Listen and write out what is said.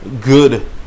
good